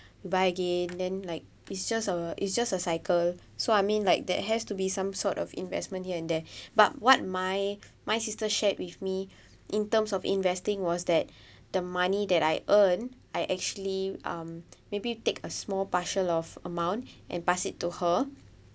buy again then like it's just a it's just a cycle so I mean like that has to be some sort of investment here and there but what my my sister shared with me in terms of investing was that the money that I earned I actually um maybe take a small partial of amount and pass it to her